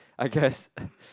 I guess